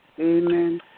Amen